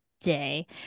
day